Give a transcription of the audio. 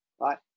right